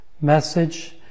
message